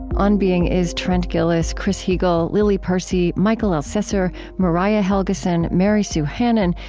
on being is trent gilliss, chris heagle, lily percy, mikel elcessor, mariah helgeson, mary sue hannan,